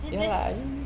then let's